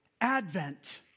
Advent